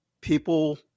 people